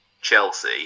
Chelsea